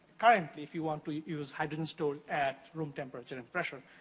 currently, if you want to use hydrogen stored at room temperature and and pressure.